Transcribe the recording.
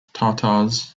tatars